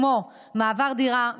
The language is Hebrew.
כמו מעבר דירה,